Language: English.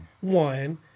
one